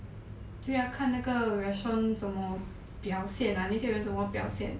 就要看那个 restaurant 怎么表现 lah 那些人怎么表现